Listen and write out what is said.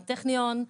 הטכניון,